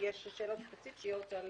האם יש שאלות ספציפיות?